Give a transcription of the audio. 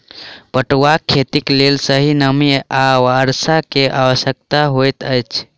पटुआक खेतीक लेल सही नमी आ वर्षा के आवश्यकता होइत अछि